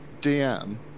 DM